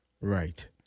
Right